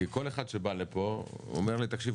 כי כל אחד שבא לפה אומר לי 'תקשיב,